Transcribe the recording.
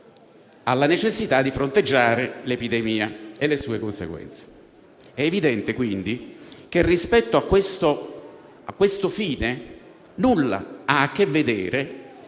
alla necessità di fronteggiare l'epidemia e le sue conseguenze. È evidente quindi che rispetto a questo fine nulla ha a che vedere